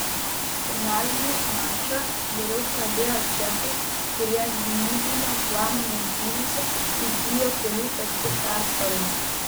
finalinį mačą geriau pradėjo čekai kurie gynybinio plano rungtynėse įgijo kelių taškų persvarą